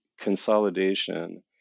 consolidation